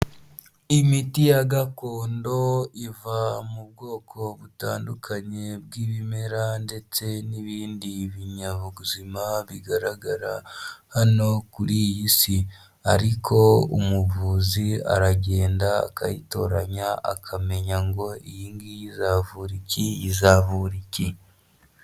Imiti ya gakondo iva mu bwoko butandukanye bw'ibimera ndetse n'ibindi binyabuzima bigaragara hano kuri iyi si, ariko umuvuzi aragenda akayitoranya akamenya ngo iyi ngiyi izavura iki iyi izavura iki.